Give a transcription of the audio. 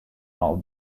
all